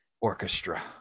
orchestra